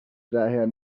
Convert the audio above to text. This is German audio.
daher